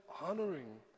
honoring